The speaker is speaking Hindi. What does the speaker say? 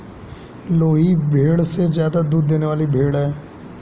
लोही भेड़ ज्यादा दूध देने वाली भेड़ है